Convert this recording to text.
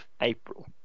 April